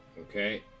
Okay